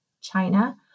China